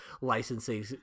licensing